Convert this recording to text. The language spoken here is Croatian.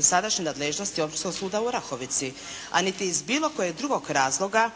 sadašnju nadležnosti Općinskog suda u Orahovici a niti iz bilo kojeg drugog razloga